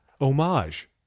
homage